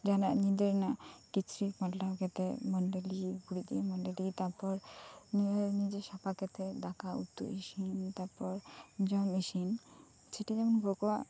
ᱡᱟᱦᱟᱸᱱᱟᱜ ᱧᱤᱫᱟᱹ ᱨᱮᱱᱟᱜ ᱠᱤᱪᱨᱤᱜ ᱯᱟᱞᱴᱟᱣ ᱠᱟᱛᱮᱜ ᱢᱟᱹᱰᱟᱞᱤ ᱜᱩᱨᱤᱡ ᱛᱮ ᱢᱟᱹᱰᱟᱞᱤ ᱛᱟ ᱯᱚᱨ ᱱᱤᱡᱮᱨᱟᱜ ᱱᱤᱡᱮ ᱥᱟᱯᱟ ᱠᱟᱛᱮᱫ ᱫᱟᱠᱟ ᱩᱛᱩ ᱤᱥᱤᱱ ᱛᱟᱯᱚᱨ ᱡᱚᱢ ᱤᱥᱤᱱ ᱠᱤᱪᱷᱩᱜᱟᱱ ᱜᱚᱜᱚᱣᱟᱜ